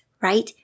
right